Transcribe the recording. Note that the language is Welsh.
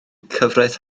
cyfraith